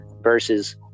versus